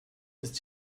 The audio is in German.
ist